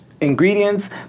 ingredients